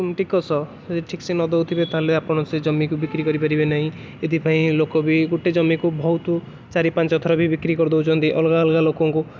ଟିକସ ଠିକ ସେ ନ ଦେଉଥିବେ ତା'ହେଲେ ଆପଣ ସେ ଜମିକୁ ବିକ୍ରି କରିପାରିବେ ନାହିଁ ଏଥିପାଇଁ ଲୋକ ବି ଗୋଟେ ଜମିକୁ ବହୁତ ଚାରି ପାଞ୍ଚଥର ବି ବିକ୍ରି କରି ଦେଉଛନ୍ତି ଅଲଗା ଅଲଗା ଲୋକଙ୍କୁ